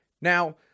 Now